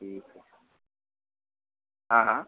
ठीक है हाँ हाँ